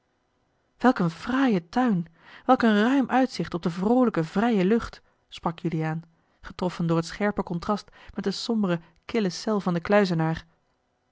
een fraaie tuin welk een ruim uitzicht op de vroolijke vrije lucht sprak juliaan getroffen door het scherp contrast met de sombere kille cel van den kluizenaar